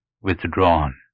withdrawn